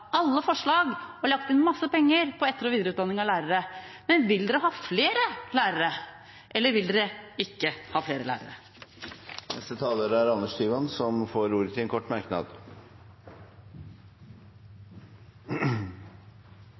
alle forslag og lagt inn masse penger til etter- og videreutdanning av lærere. Men vil de ha flere lærere, eller vil de ikke ha flere lærere? Representanten Anders Tyvand har hatt ordet to ganger tidligere og får ordet til en kort merknad,